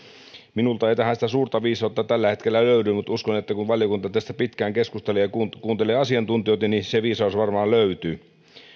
minulta ei tähän sitä suurta viisautta tällä hetkellä löydy mutta uskon että kun kun valiokunta tästä pitkään keskustelee ja kuuntelee asiantuntijoita niin se viisaus varmaan löytyy